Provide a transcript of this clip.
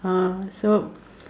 ah so